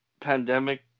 pandemic